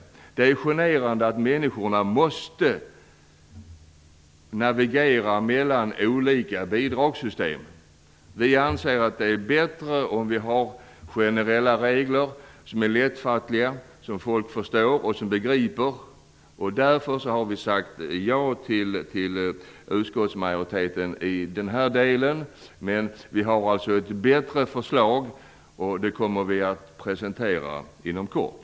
Det är generande att människorna måste navigera mellan olika bidragssystem. Vi anser att det är bättre att ha generella lättfattliga regler som folk förstår. Därför har vi ställt oss bakom utskottsmajoriteten i den här delen. Men vi har alltså ett bättre förslag. Det kommer vi att presentera inom kort.